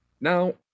now